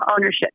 ownership